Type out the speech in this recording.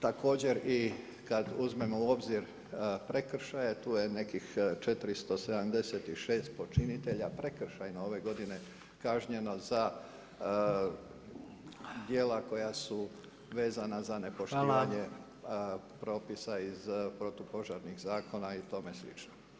Također i kada uzmemo u obzir prekršaje tu je nekih 476 počinitelja prekršajno ove godine kažnjeno za djela koja su vezana za nepoštivanje propisa iz protupožarnih zakona i tome slično.